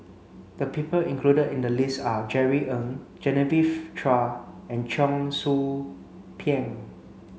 the people included in the list are Jerry Ng Genevieve Chua and Cheong Soo Pieng